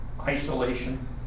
isolation